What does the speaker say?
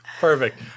Perfect